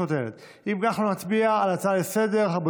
אם כך, אנחנו נצביע על ההצעה לסדר-היום.